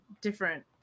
different